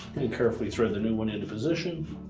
and carefully thread the new one into position.